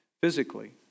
physically